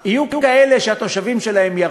תקפיא.